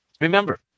remember